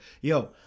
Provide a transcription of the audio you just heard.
yo